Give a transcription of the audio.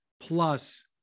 plus